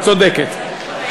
את צודקת.